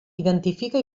identifica